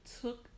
took